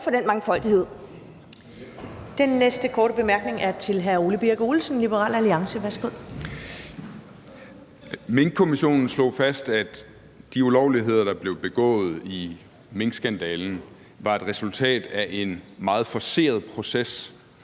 Minkkommissionen slog fast, at de ulovligheder, der blev begået i minkskandalen, var et resultat af en meget forceret proces,